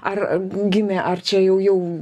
ar gimė ar čia jau